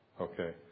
Okay